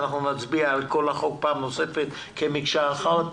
אנחנו נצביע פעם נוספת על כל החוק כמקשה אחת.